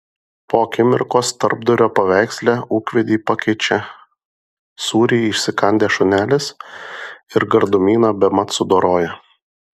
po akimirkos tarpdurio paveiksle ūkvedį pakeičia sūrį įsikandęs šunelis ir gardumyną bemat sudoroja